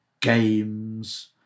games